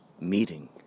meeting